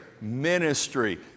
ministry